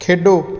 ਖੇਡੋ